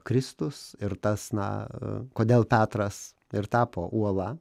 kristus ir tas na kodėl petras ir tapo uola